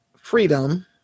Freedom